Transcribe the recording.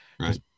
Right